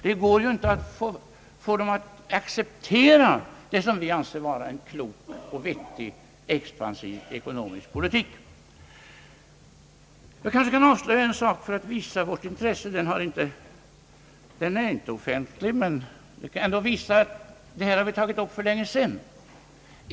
Det går inte att få dem att acceptera det vi anser vara en klok och vettig, expansiv ekonomisk politik. Jag kanske kan avslöja en sak för att visa vårt intresse. Den saken är inte offentlig, men den kan belysa vad vi tog uppför länge sedan.